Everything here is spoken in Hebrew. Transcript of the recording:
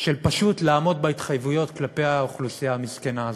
של פשוט לעמוד בהתחייבויות כלפי האוכלוסייה המסכנה הזאת.